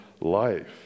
life